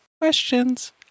questions